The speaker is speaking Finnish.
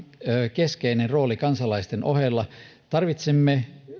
keskeinen rooli kansalaisten ohella tarvitsemme